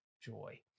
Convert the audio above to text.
joy